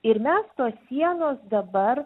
ir mes tos sienos dabar